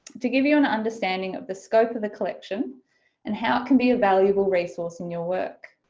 to give you an understanding of the scope of the collection and how it can be a valuable resource in your work